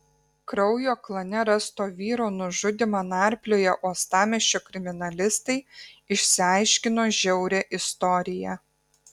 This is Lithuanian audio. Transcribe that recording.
kraujo klane rasto vyro nužudymą narplioję uostamiesčio kriminalistai išsiaiškino žiaurią istoriją